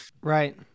right